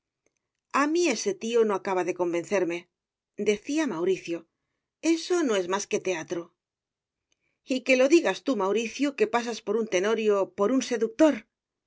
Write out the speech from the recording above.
a mí ese tío no acaba de convencermedecía mauricio eso no es más que teatro y que lo digas tú mauricio que pasas por un tenorio por un seductor